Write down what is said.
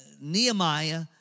Nehemiah